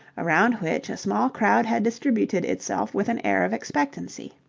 around which a small crowd had distributed itself with an air of expectancy.